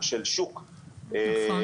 צופית,